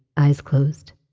eyes closed.